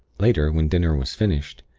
later, when dinner was finished,